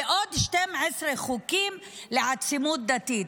ועוד 12 חוקים לעצימות דתית,